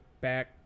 back